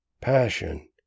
passion